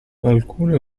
alcune